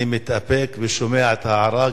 אני מתאפק ושומע את ההערה,